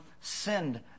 sinned